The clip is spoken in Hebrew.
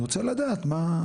אני רוצה לדעת, מה?